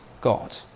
God